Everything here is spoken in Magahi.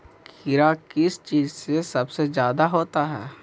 कीड़ा किस चीज से सबसे ज्यादा होता है?